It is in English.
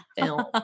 film